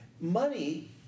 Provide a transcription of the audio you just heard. Money